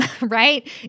right